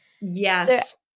Yes